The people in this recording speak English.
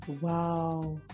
Wow